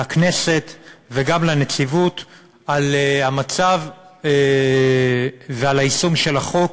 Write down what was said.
לכנסת וגם לנציבות על המצב ועל היישום של החוק